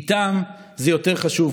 איתם זה יותר חשוב,